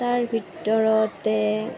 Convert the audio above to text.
তাৰ ভিতৰতে